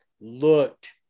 looked